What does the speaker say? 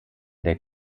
der